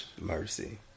Mercy